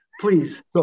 please